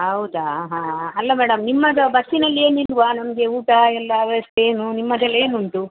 ಹೌದಾ ಹಾಂ ಅಲ್ಲ ಮೇಡಮ್ ನಿಮ್ಮದು ಬಸ್ಸಿನಲ್ಲಿ ಏನಿಲ್ಲವಾ ನಮಗೆ ಊಟ ಎಲ್ಲ ವ್ಯವಸ್ಥೆ ಏನು ನಿಮ್ಮದೆಲ್ಲ ಏನು ಉಂಟು